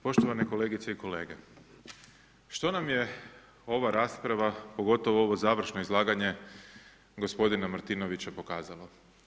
Poštovane kolegice i kolege, što nam je ova rasprava, pogotovo ovo završno izlaganje gospodina Martinovića pokazalo?